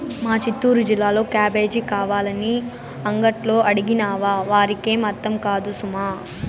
మా చిత్తూరు జిల్లాలో క్యాబేజీ కావాలని అంగట్లో అడిగినావా వారికేం అర్థం కాదు సుమా